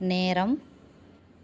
நேரம்